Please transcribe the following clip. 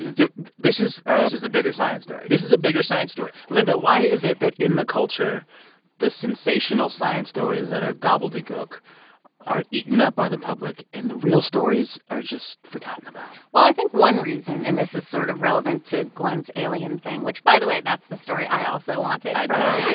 this is. this is a bigger science story this is a bigger science story linda, why is it that in the culture the sensational science stories that are gobbledygook are eaten up by the public and the real stories are just forgotten about? well, i think one reason and this is sort of relevant to glen's alien thing. which by the way, that's the story i also wanted. i know.